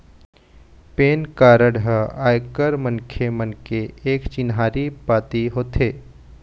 PAN card ह आयकर मनखे मन के एक चिन्हारी पाती होथे